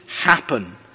happen